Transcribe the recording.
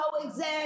coexist